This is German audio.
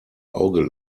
auge